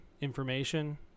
information